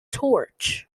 torch